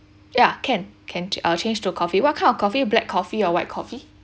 ya can can I'll change to coffee what kind of coffee black coffee or white coffee